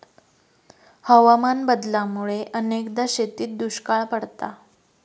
हवामान बदलामुळा अनेकदा शेतीत दुष्काळ पडता